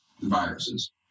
viruses